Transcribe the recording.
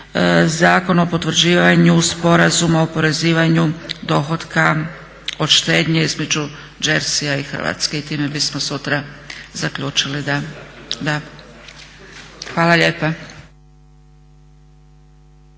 Zakon o potvrđivanju Sporazuma o oporezivanju dohotka od štednje između Jerseya i Hrvatske. I time bismo sutra zaključili. Hvala lijepa.